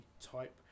type